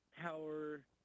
power